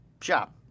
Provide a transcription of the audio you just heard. shop